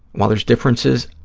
while there's differences,